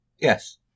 yes